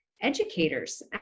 educators